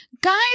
guys